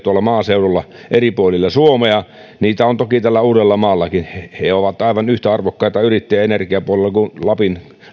maaseudulla eri puolilla suomea niitä on toki täällä uudellamaallakin he ovat aivan yhtä arvokkaita yrittäjiä energiapuolella kuin